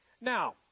Now